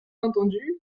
entendu